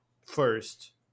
first